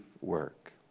work